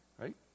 Right